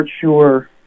sure